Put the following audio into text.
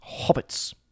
Hobbits